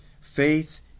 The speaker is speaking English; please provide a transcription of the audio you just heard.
Faith